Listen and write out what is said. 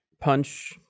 punch